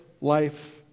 life